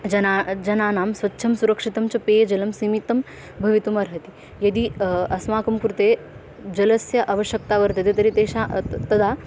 जनाः जनानां स्वच्छं सुरक्षितं च पेयजलं निमित्तं भवितुमर्हति यदि अस्माकं कृते जलस्य आवश्यक्ता वर्तते तर्हि तेषा तदा